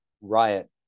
riot